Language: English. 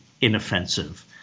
inoffensive